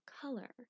color